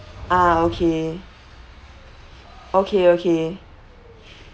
ah okay okay okay